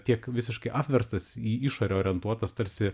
tiek visiškai apverstas į išorę orientuotas tarsi